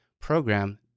program